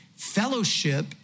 fellowship